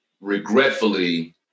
regretfully